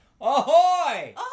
Ahoy